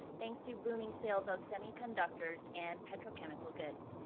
thanks to booming sales of semiconductors and petrochemical goods.